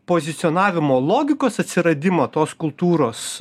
pozicionavimo logikos atsiradimą tos kultūros